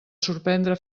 sorprendre